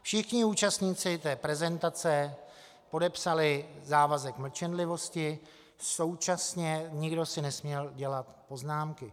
Všichni účastníci prezentace podepsali závazek mlčenlivosti, současně si nikdo nesměl dělat poznámky.